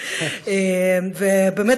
באמת,